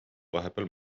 vahepeal